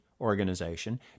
organization